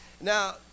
now